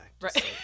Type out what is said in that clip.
Right